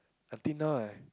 until now I